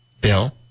Bill